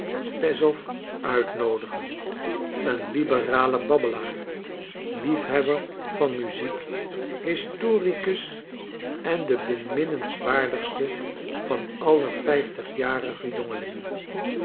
peszow uitnoodigen een liberale babbelaar liefhebber van muziek historicus en de beminnenswaardigste van alle vijftigjarige